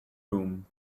room